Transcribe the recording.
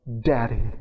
Daddy